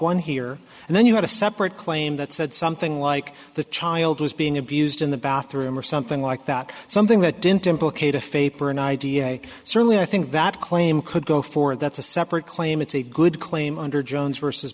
won here and then you had a separate claim that said something like the child was being abused in the bathroom or something like that something that didn't implicate a faith for an idea and certainly i think that claim could go forward that's a separate claim it's a good claim under jones v